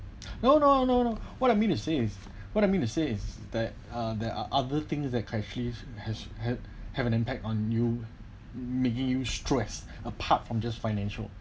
no no no no what I mean to say is what I mean to say is that uh there are other things that cashless has had have an impact on you making you stress apart from just financial